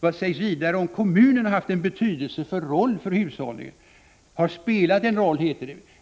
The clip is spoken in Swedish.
Vad sägs om formuleringen att kommunerna ”har haft en betydelsefull roll för hushållningen”? Kommunerna har spelat en betydelsefull roll heter det.